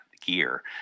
gear